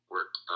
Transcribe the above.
work